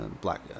black